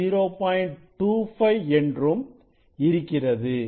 25 என்றும் இருக்கிறது